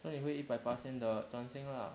so 你会一百巴先的专心 lah